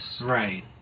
Right